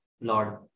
Lord